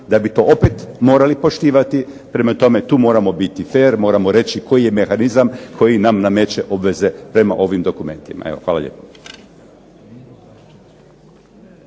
da bi to opet morali poštivati. Prema tome tu moramo biti fer, moramo reći koji je mehanizam koji nam nameće obveze prema ovim dokumentima. Evo, hvala lijepa.